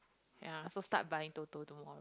ya so start buying Toto tomorrow